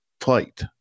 flight